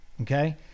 okay